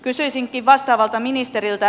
kysyisinkin vastaavalta ministeriltä